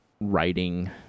writing